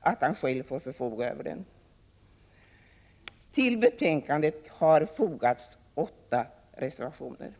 att han själv får förfoga över den. Till betänkandet har fogats åtta reservationer.